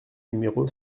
numéro